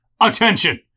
Attention